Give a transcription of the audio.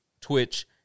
Twitch